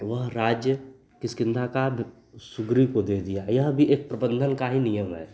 वह राज्य किस्किन्धा का सुग्रीव को दे दिया यह भी एक प्रबन्धन का ही नियम है